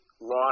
lost